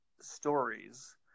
stories